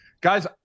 guys